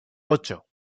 ocho